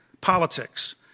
politics